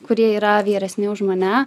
kurie yra vyresni už mane